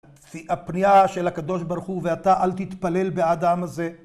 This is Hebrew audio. הפנייה של הקדוש ברוך הוא ואתה אל תתפלל בעד העם הזה